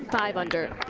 five under.